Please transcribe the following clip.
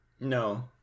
No